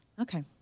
Okay